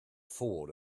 forward